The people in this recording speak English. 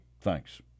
Thanks